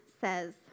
says